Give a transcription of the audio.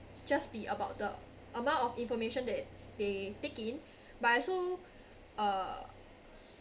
just be about the amount of information that they take in but also uh